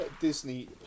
Disney